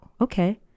okay